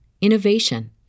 innovation